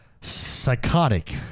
psychotic